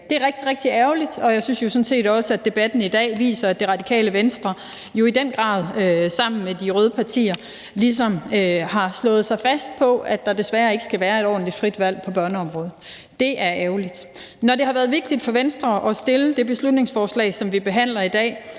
rigtig ærgerligt. Jeg synes sådan set også, at debatten i dag viser, at Radikale Venstre i den grad ligesom de røde partier har stået fast på, at der desværre ikke skal være et ordentligt frit valg på børneområdet. Det er ærgerligt. Når det har været vigtigt for Venstre at fremsætte det beslutningsforslag, som vi behandler i dag,